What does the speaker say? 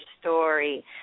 story